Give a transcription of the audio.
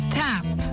tap